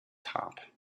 top